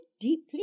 deeply